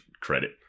credit